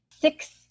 six